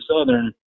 Southern